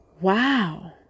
wow